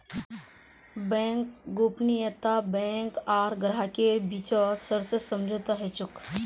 bank गोपनीयता bank आर ग्राहकेर बीचत सशर्त समझौता ह छेक